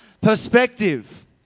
Perspective